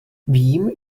vím